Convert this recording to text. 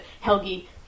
Helgi